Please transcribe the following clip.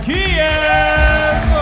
Kiev